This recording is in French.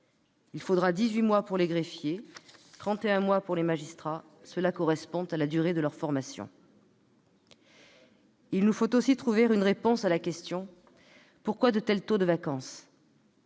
il faudra 18 mois pour les greffiers et 31 mois pour les magistrats- cela correspond à la durée de leur formation. C'est vrai ! Il nous faut aussi trouver une réponse à la question : pourquoi de tels taux de vacance ?